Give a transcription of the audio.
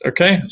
Okay